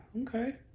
okay